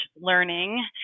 learning